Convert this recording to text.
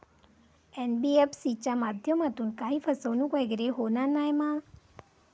NBFC च्या माध्यमातून काही फसवणूक वगैरे होना नाय मा?